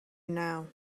now